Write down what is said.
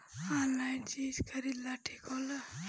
Online चीज खरीदल ठिक होला?